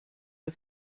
der